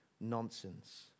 nonsense